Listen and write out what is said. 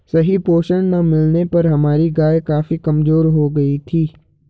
सही पोषण ना मिलने पर हमारी गाय काफी कमजोर हो गयी थी